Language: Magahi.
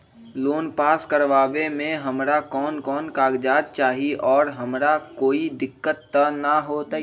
लोन पास करवावे में हमरा कौन कौन कागजात चाही और हमरा कोई दिक्कत त ना होतई?